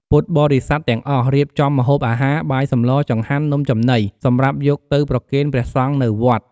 ពុទ្ធបរិស័ទទាំងអស់ រៀបចំម្ហូបអាហារ បាយសម្ល ចង្ហាន់ នំចំណី សម្រាប់យកទៅប្រគេនព្រះសង្ឃនៅវត្ត។